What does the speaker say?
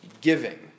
giving